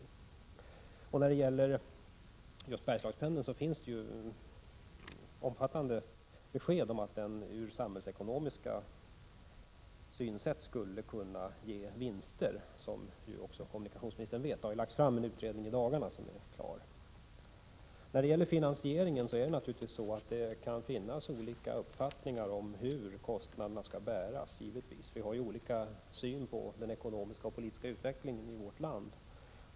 Som kommunikationsministern vet finns det när det gäller just Bergslagspendeln omfattande besked om att den med ett samhällsekonomiskt synsätt skall kunna ge vinster. I dagarna har en utredning lagts fram. När det gäller finansieringen finns det naturligtvis olika uppfattningar om hur kostnaderna skall bäras. Vi har givetvis olika syn på den ekonomiska och politiska utvecklingen i vårt land.